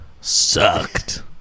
sucked